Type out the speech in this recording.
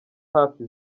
hafi